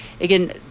again